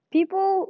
People